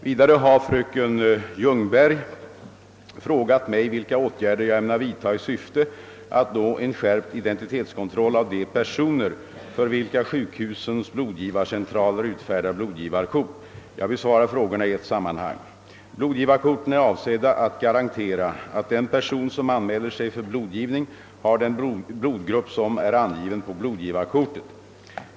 Vidare har fröken Ljungberg frågat mig vilka åtgärder jag ämnar vidta i syfte att nå en skärpt identitetskontroll av de personer för vilka sjukhusens blodgivarcentraler utfärdar blodgivarkort. Jag besvarar frågorna i ett sammanhang. Blodgivarkorten är avsedda att garantera att den person som anmäler sig för blodgivning har den blodgrupp som är angiven på blodgivarkortet.